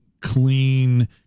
clean